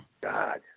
god